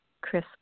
Chris